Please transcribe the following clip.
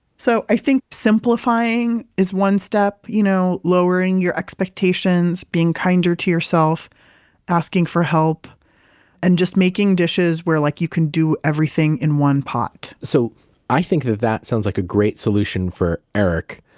so i think simplifying is one step, you know lowering your expectations, being kinder to yourself asking for help and just making dishes where like you can do everything in one pot so i think that that sounds like a great solution for eric,